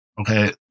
okay